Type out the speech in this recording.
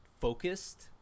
focused